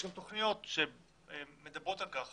יש גם תוכניות שמדברים על כך